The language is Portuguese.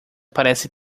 parece